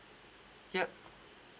yup